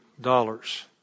dollars